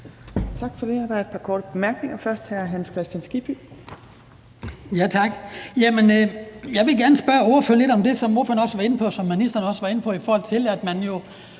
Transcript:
Tak for det. Der er et par korte bemærkninger, først fra hr. Hans Kristian Skibby. Kl. 19:21 Hans Kristian Skibby (DF): Tak. Jeg vil gerne spørge ordføreren lidt om det, som ordføreren var inde på, og som ministeren også var inde på, i forhold til at man